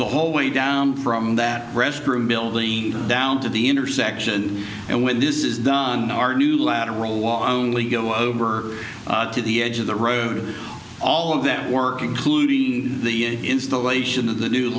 the whole way down from that rest room building down to the intersection and when this is done our new lateral was only go over to the edge of the road all of that work including the installation of the new